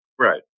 Right